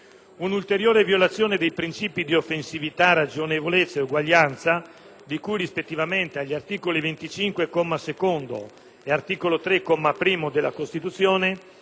Un'ulteriore violazione dei principi di offensività, ragionevolezza ed uguaglianza, di cui rispettivamente agli articoli 25, comma secondo,